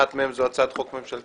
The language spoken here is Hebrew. אחת מהן היא הצעת חוק ממשלתית,